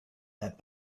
that